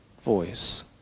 voice